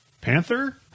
panther